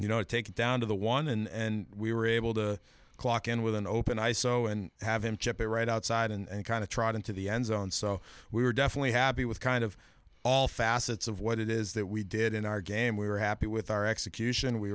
you know take it down to the one and we were able to clock in with an open eye so and have him ship it right outside and kind of tried into the end zone so we were definitely happy with kind of all facets of what it is that we did in our game we were happy with our execution we